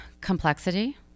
complexity